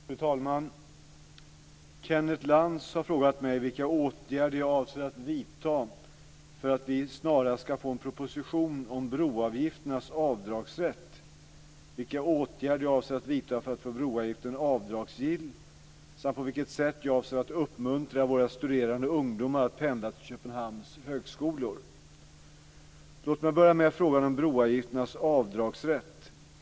Fru talman! Kenneth Lantz har frågat mig vilka åtgärder jag avser att vidta för att vi snarast ska få en proposition om broavgifternas avdragsrätt, vilka åtgärder jag avser att vidta för att få broavgiften avdragsgill samt på vilket sätt jag avser att uppmuntra våra studerande ungdomar att pendla till Köpenhamns högskolor. Låt mig börja med frågan om broavgifternas avdragsrätt.